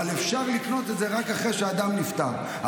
אבל אפשר לקנות את זה רק אחרי שאדם נפטר.